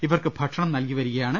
ഇവർക്ക് ഭക്ഷണം നൽകി വരികയാണ്